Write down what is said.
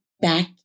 back